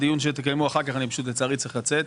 הדיון שתקיימו אחר כך, אני פשוט לצערי צריך לצאת.